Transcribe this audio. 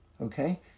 okay